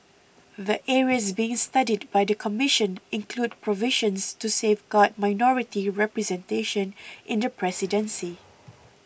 the areas being studied by the Commission include provisions to safeguard minority representation in the presidency